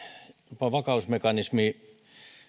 euroopan vakausmekanismin